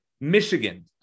Michigan